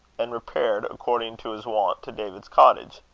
and repaired, according to his wont, to david's cottage.